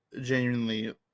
genuinely